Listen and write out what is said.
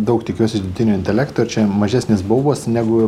daug tikiuosi dirbtinio intelekto ir čia mažesnis baubas negu